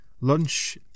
Lunch